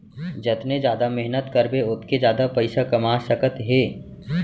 जतने जादा मेहनत करबे ओतके जादा पइसा कमा सकत हे